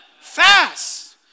Fast